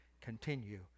Continue